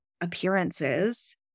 appearances